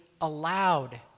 allowed